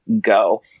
go